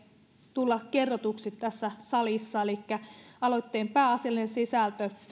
tulla kerrotuksi tässä salissa elikkä aloitteen pääasiallinen sisältö